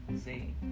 See